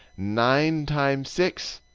nine times six,